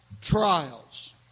Trials